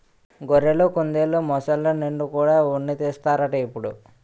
గొర్రెలు, కుందెలు, మొసల్ల నుండి కూడా ఉన్ని తీస్తన్నారట ఇప్పుడు